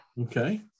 Okay